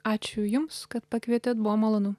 ačiū jums kad pakvietėt buvo malonu